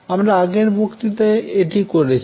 আমরা আগের বক্তৃতায় এটি করেছি